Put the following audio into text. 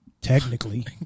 Technically